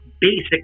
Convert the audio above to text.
basic